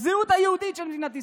הזהות היהודית של מדינת ישראל,